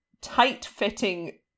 tight-fitting